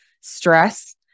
stress